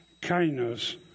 kindness